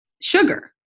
sugar